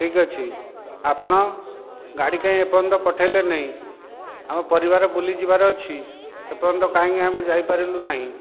ଠିକ ଅଛି ଆପଣ ଗାଡ଼ି କାହିଁ ଏପର୍ଯ୍ୟନ୍ତ ପଠାଇଲେ ନାହିଁ ଆମ ପରିବାର ବୁଲି ଯିବାର ଅଛି ଏପର୍ଯ୍ୟନ୍ତ କାହିଁକି ଆମେ ଯାଇପାରିଲୁ ନାହିଁ